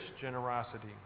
generosity